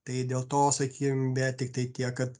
tai dėl to sakykim bet tiktai tiek kad